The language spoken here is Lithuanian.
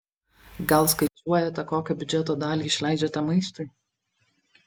gal skaičiuojate kokią biudžeto dalį išleidžiate maistui